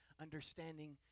understanding